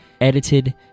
edited